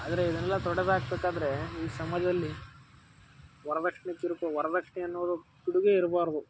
ಆದರೆ ಇದನ್ನೆಲ್ಲ ತೊಡೆದು ಹಾಕ್ಬೇಕಾದ್ರೆ ಈ ಸಮಾಜದಲ್ಲಿ ವರ್ದಕ್ಷಿಣೆ ಕಿರುಕುಳ ವರ್ದಕ್ಷಿಣೆ ಅನ್ನೋದು ಪಿಡುಗೇ ಇರಬಾರ್ದು